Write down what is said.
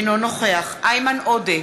אינו נוכח איימן עודה,